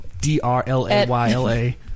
D-R-L-A-Y-L-A